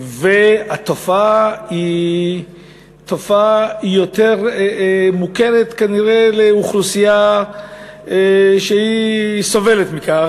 והתופעה היא תופעה יותר מוכרת כנראה לאוכלוסייה שסובלת מכך,